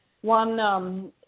one